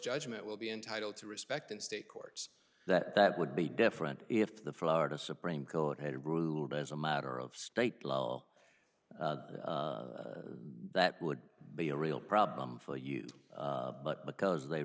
judgment will be entitled to respect in state courts that that would be different if the florida supreme court had ruled as a matter of state law that would be a real problem for you but because they